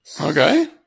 Okay